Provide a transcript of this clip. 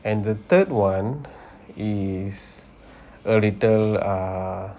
and the third one is a little ah